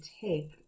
take